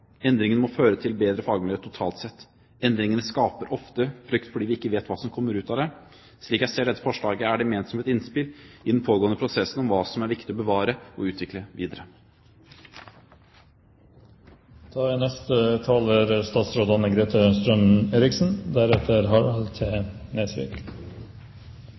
må føre til bedre fagmiljøer totalt sett. Endringer skaper ofte frykt, fordi vi ikke vet hva som kommer ut av det. Slik jeg ser dette forslaget, er det ment som et innspill i den pågående prosessen om hva som er viktig å bevare og utvikle